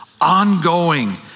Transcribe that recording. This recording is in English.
ongoing